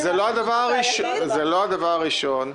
זה לא הדבר הראשון.